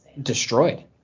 destroyed